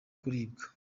kuribwa